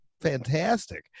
fantastic